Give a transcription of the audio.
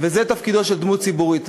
וזה תפקידה של דמות ציבורית.